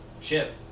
chip